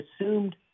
assumed